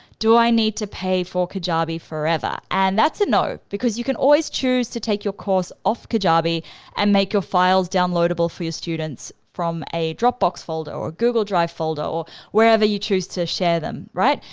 do i need to pay for kajabi forever? and that's a no, because you can always choose to take your course off kajabi and make your files downloadable for your students from a dropbox folder or a google drive folder or wherever you choose to share them, right?